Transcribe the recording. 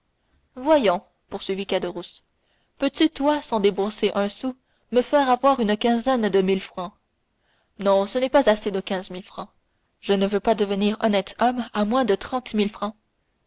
voyons poursuivit caderousse peux-tu toi sans débourser un sou me faire avoir une quinzaine de mille francs non ce n'est pas assez de quinze mille francs je ne veux pas devenir honnête homme à moins de trente mille francs